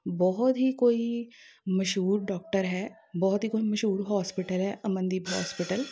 ਬਹੁਤ ਹੀ ਕੋਈ ਮਸ਼ਹੂਰ ਡੋਕਟਰ ਹੈ ਬਹੁਤ ਹੀ ਕੋਈ ਮਸ਼ਹੂਰ ਹੋਸਪਿਟਲ ਹੈ ਅਮਨਦੀਪ ਹੋਸਪਿਟਲ